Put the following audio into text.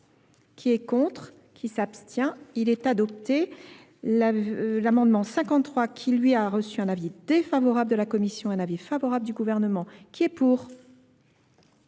qui est contre qui s'abstient il est adopté l'amendement cinquante trois qui lui a reçu un avis défavorable de la commission un avis favorable du gouvernement qui est pour